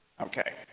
Okay